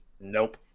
Nope